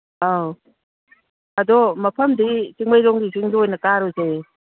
ꯑꯧ ꯑꯗꯣ ꯃꯐꯝꯗꯤ ꯆꯤꯡꯃꯩꯔꯣꯡꯒꯤ ꯆꯤꯡꯗ ꯑꯣꯏꯅ ꯀꯥꯔꯨꯁꯦ